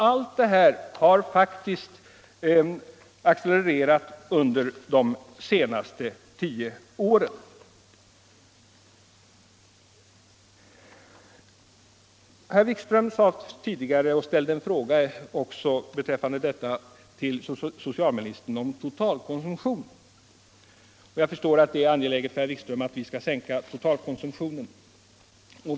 Allt detta har faktiskt accelererats under de senaste tio åren. Herr Wikström ställde en fråga till socialministern om totalkonsumtionen. Jag förstår att det är angeläget för herr Wikström att vi skall sänka totalkonsumtionen.